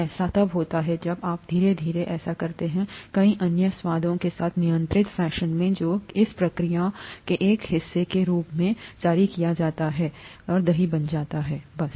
ऐसा तब होता है जब आप धीरे धीरे ऐसा करते हैं कई अन्य स्वादों के साथ नियंत्रित फैशन जो इस प्रक्रिया के एक हिस्से के रूप में जारी किया जाता है दही बन जाता है बस